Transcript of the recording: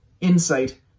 insight